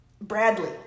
Bradley